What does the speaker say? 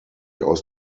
aus